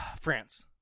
France